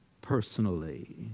personally